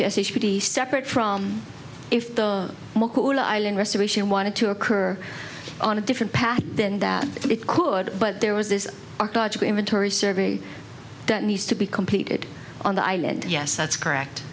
say should be separate from if the pool island restoration wanted to occur on a different path than that it could but there was this inventory survey that needs to be completed on the island yes that's correct